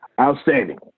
Outstanding